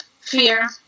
Fear